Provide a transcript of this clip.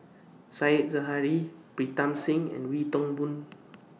Said Zahari Pritam Singh and Wee Toon Boon